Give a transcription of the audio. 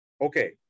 Okay